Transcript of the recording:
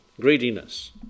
Greediness